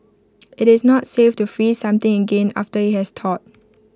IT is not safe to freeze something again after IT has thawed